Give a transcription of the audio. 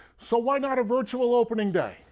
so why not virtual hoping day.